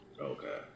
Okay